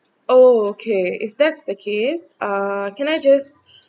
oh okay if that's the case ah can I just